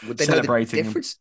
celebrating